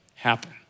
happen